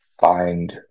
find